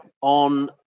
on